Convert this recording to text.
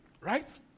right